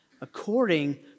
according